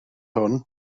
hwn